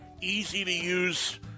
easy-to-use